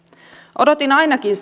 odotin ainakin